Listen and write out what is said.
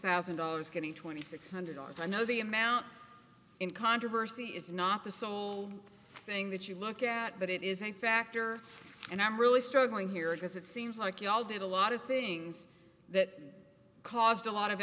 thousand dollars getting two thousand six hundred dollars i know the amount in controversy is not the sole thing that you look at but it is a factor and i'm really struggling here because it seems like you all did a lot of things that caused a lot of